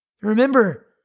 Remember